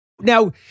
Now